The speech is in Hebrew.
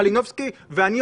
חברת הכנסת מלינובסקי ואני,